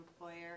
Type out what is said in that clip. employer